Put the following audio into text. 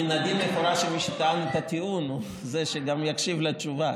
מן הדין לכאורה שמי שטען את הטיעון הוא זה שגם יקשיב לתשובה.